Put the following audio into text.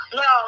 no